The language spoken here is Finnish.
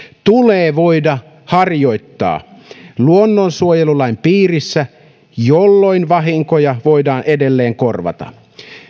tulee voida harjoittaa luonnonsuojelulain piirissä jolloin vahinkoja voidaan edelleen korvata